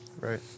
Right